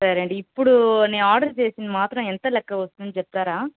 సరే అండి ఇప్పుడు నేను ఆర్డర్ చేసింది మాత్రం ఎంత లెక్క వస్తుందని చెప్తారా